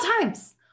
times